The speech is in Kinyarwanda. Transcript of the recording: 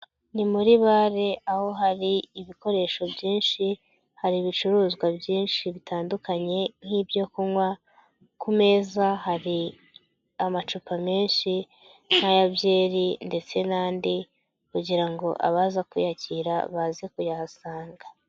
Ni muri bare aho hari ibikoresho byinshi, hari ibicuruzwa byinshi bitandukanye nk'ibyo kunywa, ku meza hari amacupa menshi nk'aya byeri ndetse n'andi.., kugira ngo abaza kuyakira baze kuyahasanga.